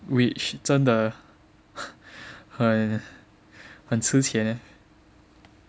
which 真的很很吃钱